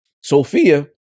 Sophia